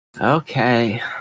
Okay